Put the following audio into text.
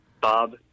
Bob